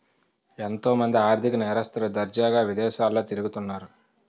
ఎంతో మంది ఆర్ధిక నేరస్తులు దర్జాగా విదేశాల్లో తిరుగుతన్నారు